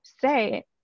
say